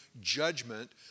judgment